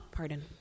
Pardon